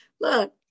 look